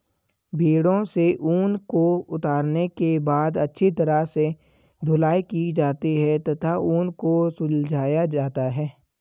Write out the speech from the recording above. भेड़ों से ऊन को उतारने के बाद अच्छी तरह से धुलाई की जाती है तथा ऊन को सुलझाया जाता है